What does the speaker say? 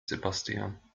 sebastian